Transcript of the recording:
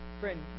Friend